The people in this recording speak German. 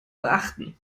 beachten